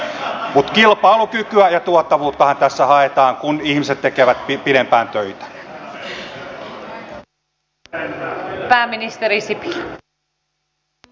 mutta kilpailukykyä ja tuottavuuttahan tässä haetaan kun ihmiset tekevät pidempään töitä